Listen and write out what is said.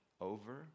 Over